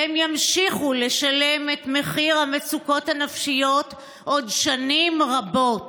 והם ימשיכו לשלם את מחיר המצוקות הנפשיות עוד שנים רבות.